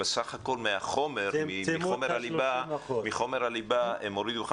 ובסך הכול מתוך חומר הליבה הורידו רק